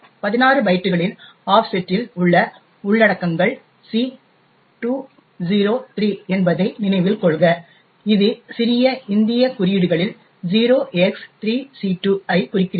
16 பைட்டுகளின் ஆஃப்செட்டில் உள்ள உள்ளடக்கங்கள் c203 என்பதை நினைவில் கொள்க இது சிறிய இந்திய குறியீடுகளில் 0x3c2 ஐ குறிக்கிறது